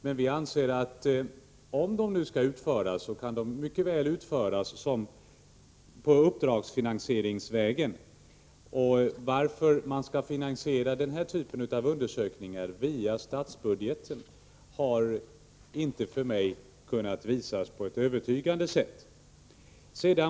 Men vi anser att om de skall utföras, kan de mycket väl utföras uppdragsfinansieringsvägen. Varför man skall finansiera den här typen av undersökningar via statsbudgeten har för mig inte kunnat visas på ett övertygande sätt.